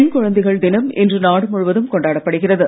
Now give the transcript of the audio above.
பெண் குழந்தைகள் தினம் இன்று நாடு முழுவதும் கொண்டாடப்படுகிறது